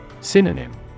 Synonym